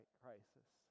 crisis